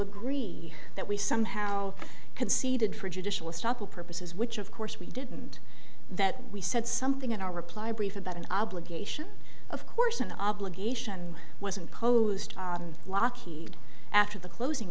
agreed that we somehow conceded for judicial struggle purposes which of course we didn't that we said something in our reply brief about an obligation of course an obligation was imposed lockheed after the closing